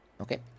Okay